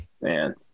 man